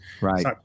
right